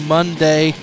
Monday